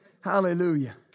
Hallelujah